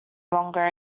longer